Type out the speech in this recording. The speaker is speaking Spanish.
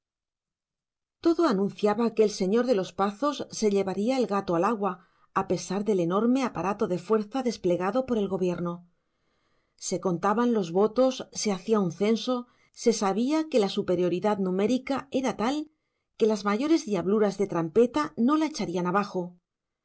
anunciaba que el señor de los pazos se llevaría el gato al agua a pesar del enorme aparato de fuerza desplegado por el gobierno se contaban los votos se hacía un censo se sabía que la superioridad numérica era tal que las mayores diabluras de trampeta no la echarían abajo